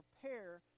prepare